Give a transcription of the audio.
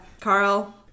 Carl